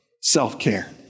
self-care